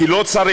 כי לא צריך,